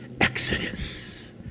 exodus